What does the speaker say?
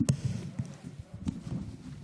(אומרת דברים בשפת הסימנים,